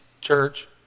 church